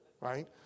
right